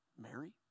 Mary